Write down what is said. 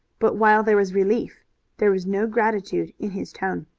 but while there was relief there was no gratitude in his tone.